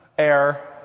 air